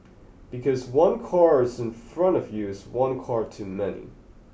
because one car is in front of you is one car too many